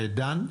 דן.